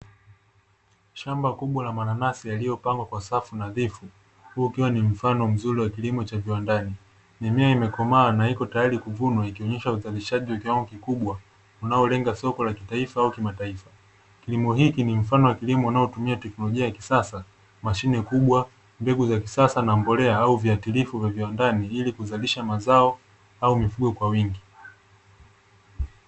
Shamba kubwa la mananasi yaliyopandwa kwa safu nadhifu, huu ukiwa ni mfano mzuri wa kilimo cha viwandani, mimea imekomaa na ipo tayari kuvunwa ikionyesha uzalishaji wa kiwango kikubwa, unaolenga soka la kitaifa au kimataifa, kilimo hiki mfano wa kilimo kinachotumia teknolojia ya kisasa, mashine kubwa mbegu za kisasa na mbolea au viwatilifu vya viwandani, ili kuzalisha mazao au mifugo kwa wingi.